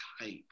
type